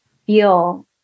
feel